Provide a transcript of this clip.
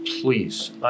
please